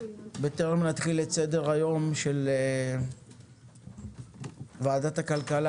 בטרם נתחיל את סדר היום של ועדת הכלכלה